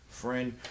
friend